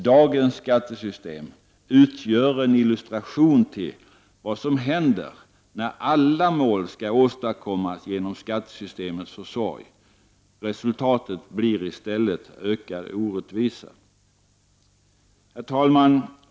Dagens skattesystem utgör en illustration till vad som händer när alla mål skall åstadkommas genom skattesystemets försorg. Resultatet blir i stället ökad orättvisa. Herr talman!